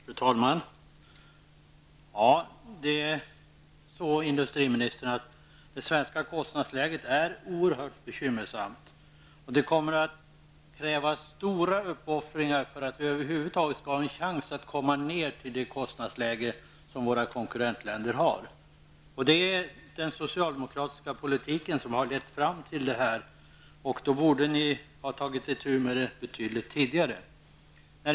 Fru talman! Industriministern inser att det svenska kostnadsläget är oerhört bekymmersamt. Det kommer att kräva stora uppoffringar för att vi över huvud taget skall ha en chans att komma ner till samma kostnadsnivå som våra konkurrentländer har. Det är den socialdemokratiska politiken som har lett fram till detta. Därför borde ni ha tagit itu med problemet tidigare.